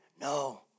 No